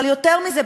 אבל יותר מזה,